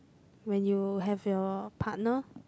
when you have your partner